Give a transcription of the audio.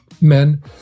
men